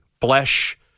flesh